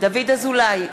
דוד אזולאי,